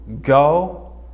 Go